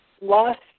lost